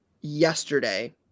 yesterday